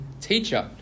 Teacher